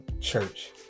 church